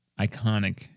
iconic